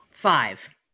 Five